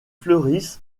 fleurissent